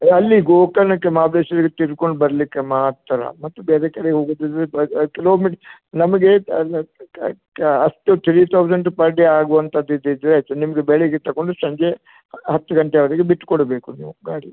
ಏ ಅಲ್ಲಿ ಗೋಕರ್ಣಕ್ಕೆ ಮಾಬಲೇಶ್ವರ ತಿರ್ಗ್ಕೊಂಡು ಬರಲಿಕ್ಕೆ ಮಾತ್ರ ಮತ್ತೆ ಬೇರೆ ಕಡೆ ಹೋಗೋದಿದ್ರೆ ಕೆಲವೊಮ್ಮೆ ನಮಗೆ ಅಷ್ಟು ತ್ರೀ ತೌಸಂಡ್ ಪರ್ ಡೇ ಆಗುವಂಥದ್ದು ಇದಿದ್ರೆ ಆಯಿತು ನಿಮಗೆ ಬೆಳಿಗ್ಗೆ ತಗೊಂಡು ಸಂಜೆ ಹತ್ತು ಗಂಟೆವರೆಗೆ ಬಿಟ್ಟುಕೊಡ್ಬೇಕು ನೀವು ಗಾಡಿ